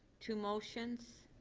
two motions?